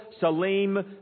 Salim